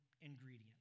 ingredient